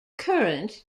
current